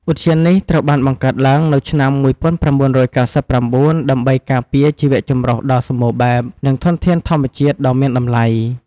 ឧទ្យាននេះត្រូវបានបង្កើតឡើងនៅឆ្នាំ១៩៩៩ ដើម្បីការពារជីវៈចម្រុះដ៏សម្បូរបែប និងធនធានធម្មជាតិដ៏មានតម្លៃ។